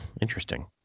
Interesting